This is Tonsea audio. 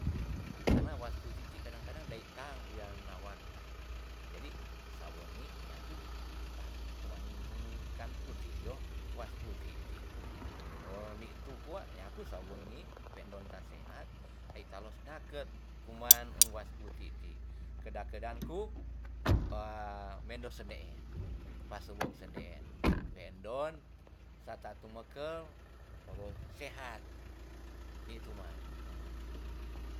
Karna was putik ti kadang kadang dae tang wea nawakta jadi sawengi nyaku paat kuman kan putik yo was putik ti wo ni tu kwa nyaku sawengi pe'ndon ta sehat ai ta los daket kuman um was putik ti kedak kedangku e mendo sende'en pasewok sende'en pe ndon sata tumekel sehat ni tu man